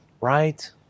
right